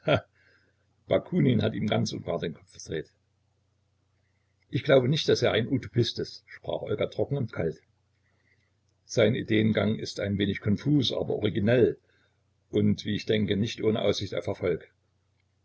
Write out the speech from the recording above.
bakunin hat ihm ganz und gar den kopf verdreht ich glaube nicht daß er ein utopist ist sprach olga trocken und kalt sein ideengang ist ein wenig konfus aber originell und wie ich denke nicht ohne aussicht auf erfolg